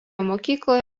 mokykloje